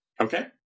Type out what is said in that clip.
Okay